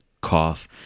cough